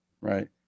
Right